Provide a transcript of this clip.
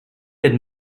had